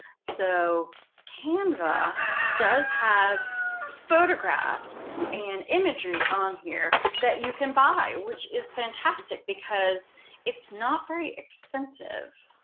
so canva does have photographs and imagery on here that you can buy which is fantastic because it's not very expensive.